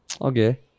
okay